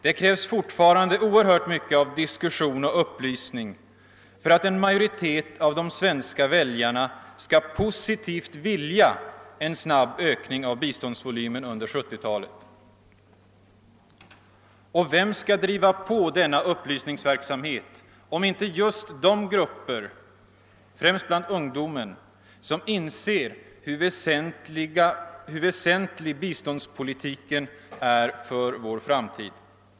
Det krävs fortfarande oerhört mycket av diskussion och upplysning för att en majoritet av de svenska väljarna skall positivt vilja en snabb ökning av biståndsvolymen under 1970 talet. Vem skall driva på denna upplysningsverksamhet, om inte just de grupper, främst bland ungdomen, som inser hur väsentlig biståndspolitiken är för vår framtid?